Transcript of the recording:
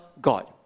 god